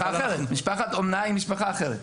משפחת אומנה היא משפחה אחרת.